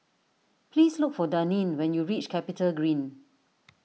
please look for Daneen when you reach CapitaGreen